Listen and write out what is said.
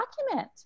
document